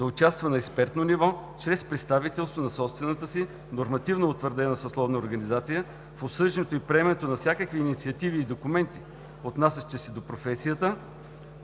да участва на експертно ниво чрез представителство на собствената си нормативно утвърдена съсловна организация, в обсъждането и приемането на всякакви инициативи и документи, отнасящи се до професията,